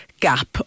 gap